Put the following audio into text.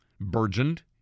burgeoned